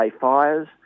fires